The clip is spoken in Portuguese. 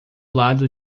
lado